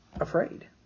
afraid